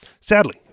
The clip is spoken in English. Sadly